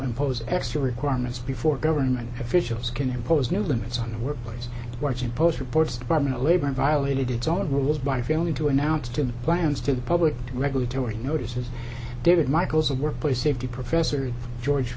impose extra requirements before government officials can impose new limits on workers watching post reports department of labor violated its own rules by failing to announce to plans to the public regulatory notices david michaels a workplace safety professor at george